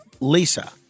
Lisa